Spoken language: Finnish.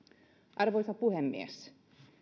arvoisa puhemies